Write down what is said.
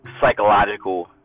psychological